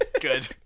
Good